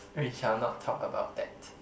we shall not talk about that